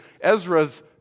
Ezra's